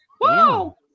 Wow